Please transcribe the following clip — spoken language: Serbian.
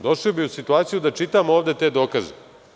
Došli bi u situaciju da čitamo ovde te dokaze.